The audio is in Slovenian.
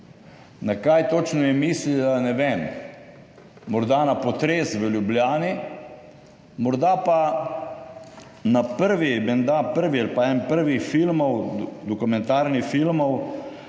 Na kaj točno je mislila, ne vem. Morda na potres v Ljubljani, morda pa na prvi, menda prvi ali pa eden prvih dokumentarnih filmov,